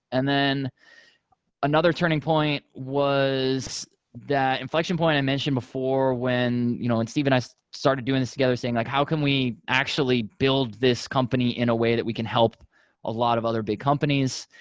and then another turning point was that inflection point i mentioned before when you know and steve and i started doing this together saying like how can we actually build this company in a way that we can help a lot of other big companies?